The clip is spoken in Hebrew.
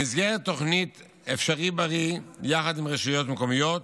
במסגרת תוכנית אפשריבריא, יחד עם רשויות מקומיות,